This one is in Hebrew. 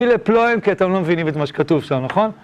פלאי פלואים, כי אתם לא מבינים את מה שכתוב שם, נכון?